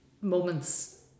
Moments